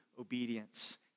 obedience